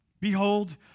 Behold